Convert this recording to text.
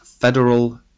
federal